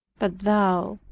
but thou,